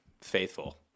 faithful